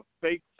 fake